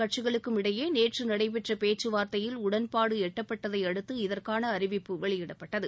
கட்சிகளுக்கும் இடையே நேற்று நடைபெற்ற பேச்சுவார்த்தையில் உடன்பாடு இரு எட்டப்பட்டதையடுத்து இதற்கான அறிவிப்பு வெளியிடப்பட்டது